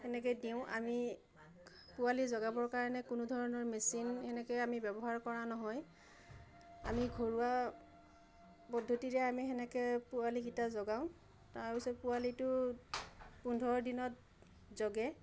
সেনেকৈ দিওঁ আমি পোৱালি জগাবৰ কাৰণে কোনো ধৰণৰ মেচিন সেনেকৈ আমি ব্যৱহাৰ কৰা নহয় আমি ঘৰুৱা পদ্ধতিৰে আমি সেনেকৈ পোৱালিকেইটা জগাওঁ তাৰ পাছত পোৱালিটো পোন্ধৰ দিনত জগে